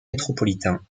métropolitain